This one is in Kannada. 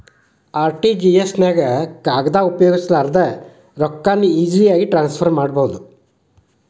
ಆರ್.ಟಿ.ಜಿ.ಎಸ್ ದಾಗ ಕಾಗದ ಉಪಯೋಗಿಸದೆ ರೊಕ್ಕಾನ ಈಜಿಯಾಗಿ ಟ್ರಾನ್ಸ್ಫರ್ ಮಾಡಬೋದು